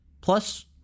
plus